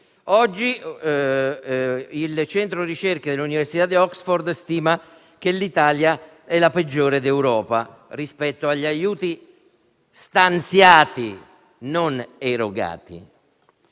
il centro di ricerca dell'università di Oxford stima oggi che l'Italia è la peggiore d'Europa rispetto a quelli stanziati (non erogati).